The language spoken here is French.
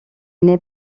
n’est